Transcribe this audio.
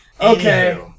Okay